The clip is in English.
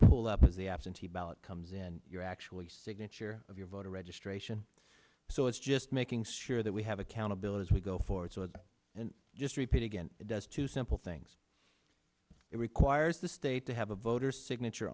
pull up the absentee ballot comes in you're actually signature of your voter registration so it's just making sure that we have accountability as we go forward and just repeat again it does two simple things it requires the state to have a voter's signature